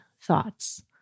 thoughts